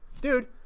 Dude